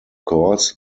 course